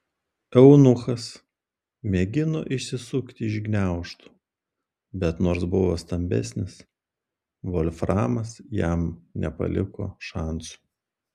eunuchas mėgino išsisukti iš gniaužtų bet nors buvo stambesnis volframas jam nepaliko šansų